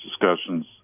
discussions